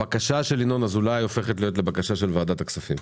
הבקשה של ינון אזולאי הופכת להיות הבקשה של ועדת הכספים.